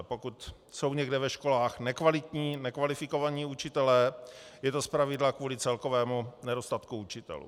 Pokud jsou někde ve školách nekvalitní nekvalifikovaní učitelé, je to zpravidla kvůli celkovému nedostatku učitelů.